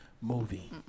movie